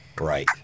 Right